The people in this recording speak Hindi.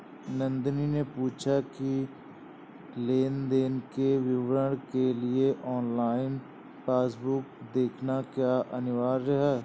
नंदनी ने पूछा की लेन देन के विवरण के लिए ऑनलाइन पासबुक देखना क्या अनिवार्य है?